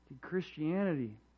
Christianity